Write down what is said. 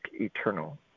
eternal